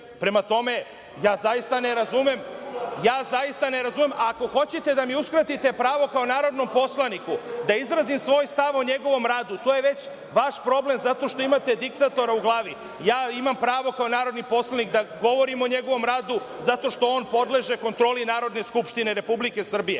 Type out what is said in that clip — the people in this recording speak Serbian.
tome, ja zaista ne razumem, ako hoćete da mi uskratite pravo kao narodnom poslaniku da izrazim svoj stav o njegovom radu, to je već vaš problem, zato što imate diktatora u glavi. Ja imam pravo kao narodni poslanik da govorim o njegovom radu, zato što on podleže kontroli Narodne skupštine Republike Srbije.